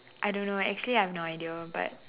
I don't know actually I have no idea but